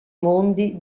mondi